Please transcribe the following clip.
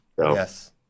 yes